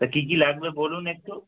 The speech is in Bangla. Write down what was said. তা কী কী লাগবে বলুন একটু